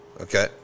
okay